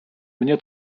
mnie